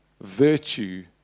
virtue